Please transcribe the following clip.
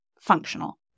functional